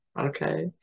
Okay